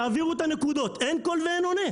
תעבירו את הנקודות" אין קול ואין עונה.